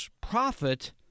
profit